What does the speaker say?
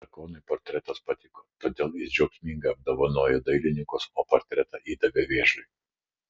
drakonui portretas patiko todėl jis džiaugsmingai apdovanojo dailininkus o portretą įdavė vėžliui